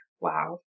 Wow